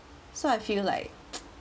so I feel like